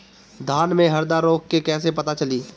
धान में हरदा रोग के कैसे पता चली?